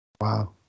Wow